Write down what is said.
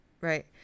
right